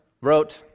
wrote